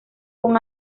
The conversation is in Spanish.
con